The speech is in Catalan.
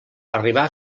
arribà